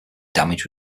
damage